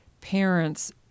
parents